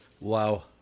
Wow